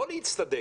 לא להצטדק.